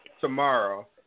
Tomorrow